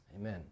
Amen